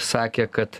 sakė kad